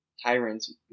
Tyrants